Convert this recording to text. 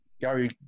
Gary